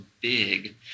big